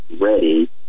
ready